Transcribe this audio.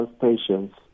patients